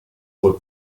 were